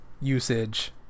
usage